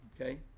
okay